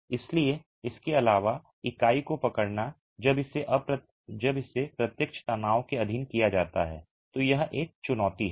इसलिए इसके अलावा इकाई को पकड़ना जब इसे प्रत्यक्ष तनाव के अधीन किया जाता है तो यह एक चुनौती है